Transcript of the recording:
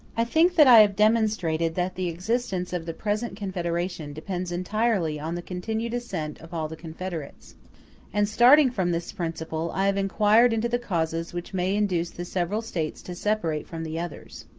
i think that i have demonstrated that the existence of the present confederation depends entirely on the continued assent of all the confederates and, starting from this principle, i have inquired into the causes which may induce the several states to separate from the others.